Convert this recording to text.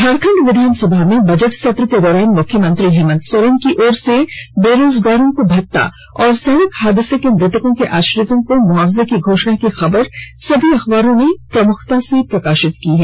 झारखंड विधानसभा में बजट सत्र के दौरान मुख्यमंत्री हेमन्त सोरेन की ओर से बेरोजगारों को भता और सड़क हादसे के मृतक के आश्रित को मुआवजे की घोषणा की खबर को सभी अखबारों ने प्रमुखता से प्रकाशित किया है